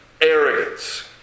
arrogance